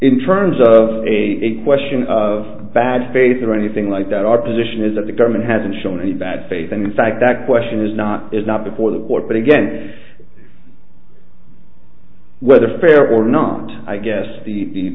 in terms of a question of bad faith or anything like that our position is that the government hasn't shown any bad faith and in fact that question is not is not before the court but again whether fair or not i guess the